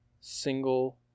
single